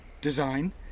design